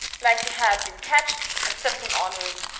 like they had been ketched at something ornery.